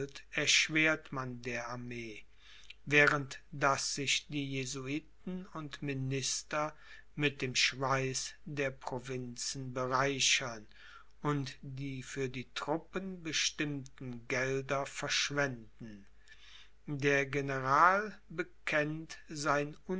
erschwert man der armee während daß sich die jesuiten und minister mit dem schweiß der provinzen bereichern und die für die truppen bestimmten gelder verschwenden der general bekennt sein